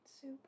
Soup